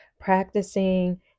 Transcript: Practicing